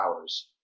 hours